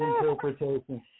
interpretation